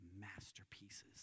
masterpieces